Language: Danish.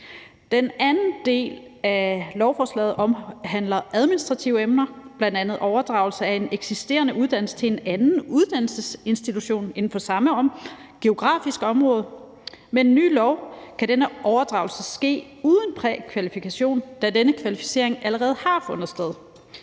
Den anden del af lovforslaget omhandler administrative emner, bl.a. overdragelse af en eksisterende uddannelse til en anden uddannelsesinstitution inden for samme geografiske område, og med den nye lov kan denne overdragelse ske uden prækvalifikation, da denne kvalificering allerede har fundet sted.